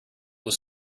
was